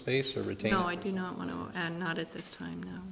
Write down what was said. space or retail i do not want to and not at this time